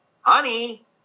honey